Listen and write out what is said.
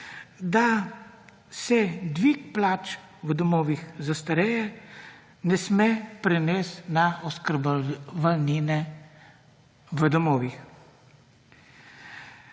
da se dvig plač v domovih za starejše ne sme prenesti na oskrbnine v domovih.